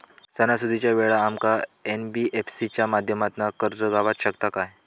सणासुदीच्या वेळा आमका एन.बी.एफ.सी च्या माध्यमातून कर्ज गावात शकता काय?